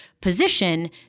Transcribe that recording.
position